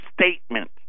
statement